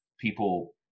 people